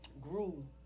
grew